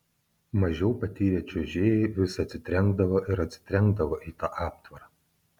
mažiau patyrę čiuožėjai vis atsitrenkdavo ir atsitrenkdavo į tą aptvarą